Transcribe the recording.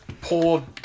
poor